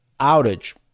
outage